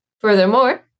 Furthermore